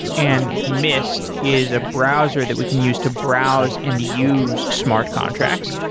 and mist is a browser that we can use to browse and use smart contracts.